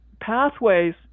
pathways